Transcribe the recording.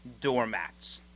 doormats